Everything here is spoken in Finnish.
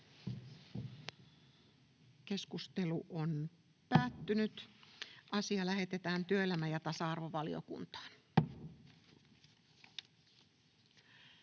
ehdottaa, että asia lähetetään työelämä- ja tasa-arvovaliokuntaan.